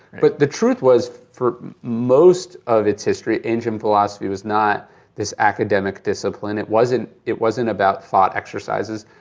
but the truth was, for most of its history ancient philosophy was not this academic discipline, it wasn't it wasn't about thought exercises.